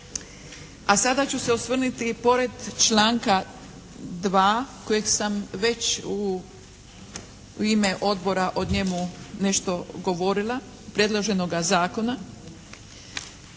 A sada ću se osvrniti i pored članka 2. kojeg sam već u ime odbora, o njemu nešto govorila, predloženoga zakona.